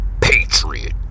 Patriot